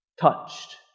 touched